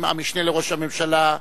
המשנה לראש הממשלה,